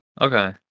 Okay